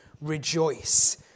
rejoice